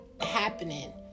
happening